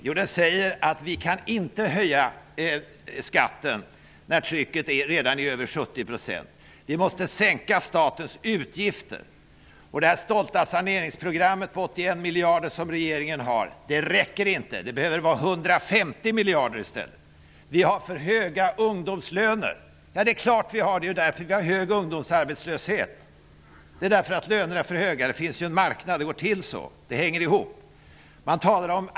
Jo, den säger följande: Vi kan inte höja skatten när skattetrycket redan är över 70 %. Vi måste sänka statens utgifter. miljarder räcker inte. Det behövs 150 miljarder i stället. Vi har för höga ungdomslöner. Vi har hög ungdomsarbetslöshet, därför att lönerna är för höga. Det finns en marknad; det går till så. Det hänger ihop.